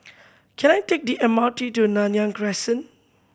can I take the M R T to Nanyang Crescent